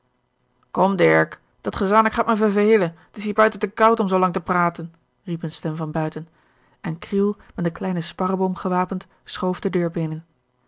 dirk dat gezanik gaat me vervelen het is hier buiten te koud om zoolang te praten riep eene stem van buiten en kriel met een kleinen sparreboom gewapend schoof de deur binnen